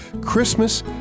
Christmas